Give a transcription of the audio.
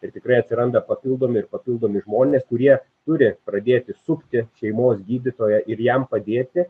ir tikrai atsiranda papildomi ir papildomi žmonės kurie turi pradėti sukti šeimos gydytoją ir jam padėti